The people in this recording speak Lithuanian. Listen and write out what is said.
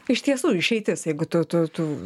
iš tiesų išeitis jeigu tu tu tu